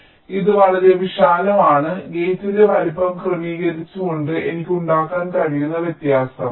അതിനാൽ ഇത് വളരെ വിശാലമാണ് ഗേറ്റിന്റെ വലുപ്പം ക്രമീകരിച്ചുകൊണ്ട് എനിക്ക് ഉണ്ടാക്കാൻ കഴിയുന്ന വ്യത്യാസം